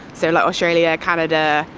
so like australia, canada,